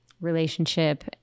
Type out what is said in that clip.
relationship